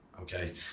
Okay